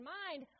mind